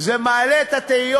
מהבוס איזה ביזיון או איזו התעמרות,